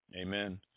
Amen